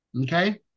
okay